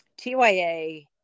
TYA